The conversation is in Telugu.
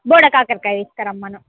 బోడ కాకరకాయ తీసుకరమ్మను